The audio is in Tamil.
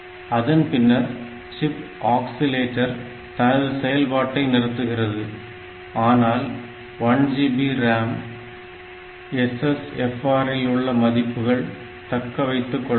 அதன் பின்னர் சிப் ஆக்சிலேட்டர் தனது செயல்பாட்டை நிறுத்துகிறது ஆனால் 1GB RAM மற்றும் SSFR இல் உள்ள மதிப்புகள் தக்க வைத்துக் கொள்ளப்படும்